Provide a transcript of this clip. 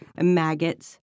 Maggots